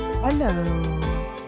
Hello